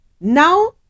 Now